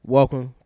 Welcome